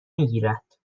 میگیرد